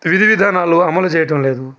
విధి విధానాల అమలు చేయటం లేదు